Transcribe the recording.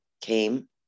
came